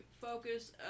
focus